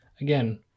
again